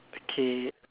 okay